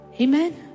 Amen